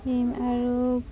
আৰু